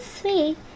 sweet